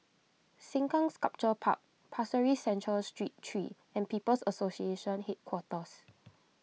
Sengkang Sculpture Park Pasir Ris Central Street three and People's Association Headquarters